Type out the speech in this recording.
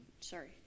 sorry